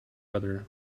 other